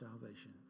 salvation